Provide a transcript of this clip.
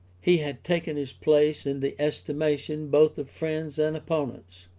he had taken his place in the estimation both of friends and opponents,